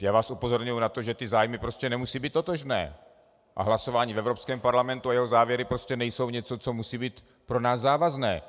Já vás upozorňuji na to, že ty zájmy prostě nemusí být totožné a hlasování v Evropském parlamentu a jeho závěry nejsou něco, co musí být pro nás závazné.